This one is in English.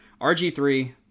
RG3